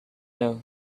know